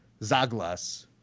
Zaglas